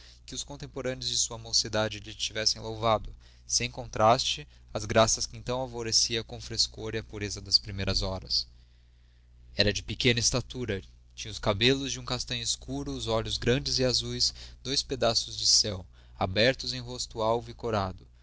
que os contemporâneos de sua mocidade lhe tivessem louvado sem contraste as graças que então alvoreciam com o frescor e a pureza das primeiras horas era de pequena estatura tinha os cabelos de um castanho escuro e os olhos grandes e azuis dois pedacinhos do céu abertos em rosto alvo e corado